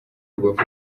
rubavu